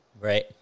right